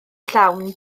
llawn